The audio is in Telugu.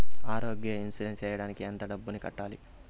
ఆరోగ్య ఇన్సూరెన్సు సేయడానికి ఎంత డబ్బుని కట్టాలి?